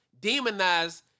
demonize